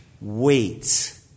wait